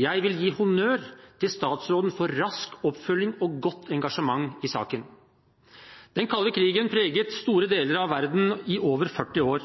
Jeg vil gi honnør til statsråden for rask oppfølging og godt engasjement i saken. Den kalde krigen preget store deler av verden i over 40 år.